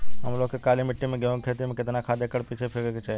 हम लोग के काली मिट्टी में गेहूँ के खेती में कितना खाद एकड़ पीछे फेके के चाही?